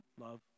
love